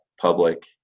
public